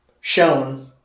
shown